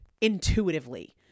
intuitively